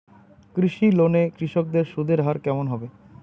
কৃষি লোন এ কৃষকদের সুদের হার কেমন হবে?